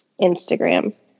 Instagram